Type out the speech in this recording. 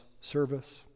service